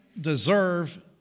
deserve